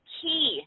key